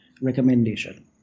recommendation